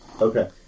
Okay